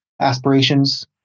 aspirations